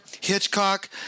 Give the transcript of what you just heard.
Hitchcock